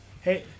Hey